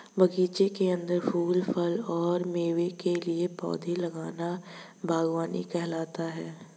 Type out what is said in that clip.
बगीचे के अंदर फूल, फल और मेवे के लिए पौधे लगाना बगवानी कहलाता है